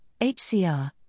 HCR